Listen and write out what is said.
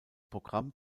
programm